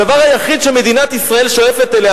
הדבר היחיד שמדינת ישראל שואפת אליו,